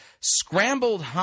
scrambled